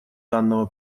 данного